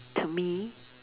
to me